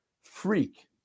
freak